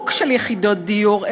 בשיווק של יחידות דיור,